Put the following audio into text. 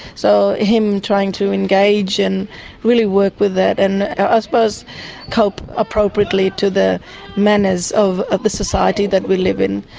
so him trying to engage and really work with that and i ah suppose cope appropriately to the manners of of the society that we live in.